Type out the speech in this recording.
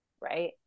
Right